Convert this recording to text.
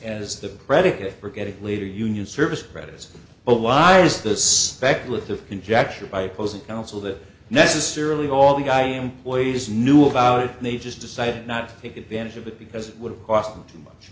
as the predicate for getting later union service credits but why is the suspect with the conjecture by posing counsel that necessarily all the guy employees knew about it and they just decided not to take advantage of it because it would cost them too much